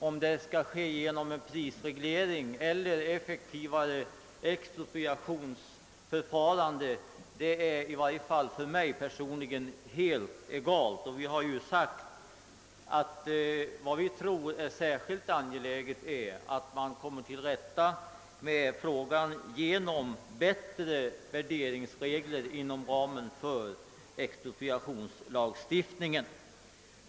Om det skall ske genom en prisreglering eller ett effektivare expropriationsförfarande är i varje fall för mig personligen helt egalt. Vad vi tror är särskilt angeläget är att man söker komma till rätta med frågan genom bättre värderingsregler inom ramen för expropriationslagstiftningen.